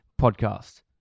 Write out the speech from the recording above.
podcast